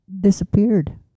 disappeared